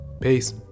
Peace